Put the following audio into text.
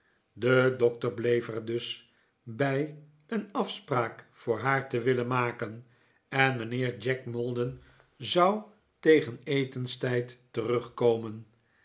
de doctor bleef er dus bij een afspraak voor haar te willen maken en mijnheer jack maldon zou tegen etenstijd terugkomen